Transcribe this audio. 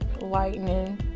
Lightning